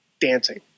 dancing